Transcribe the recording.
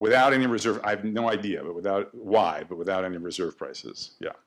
בלי איזה שמור, אני לא יודע, למה, אבל בלי מחירים שמורים, כן.